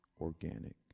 organic